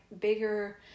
bigger